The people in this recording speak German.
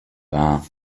wahr